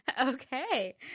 Okay